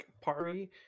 party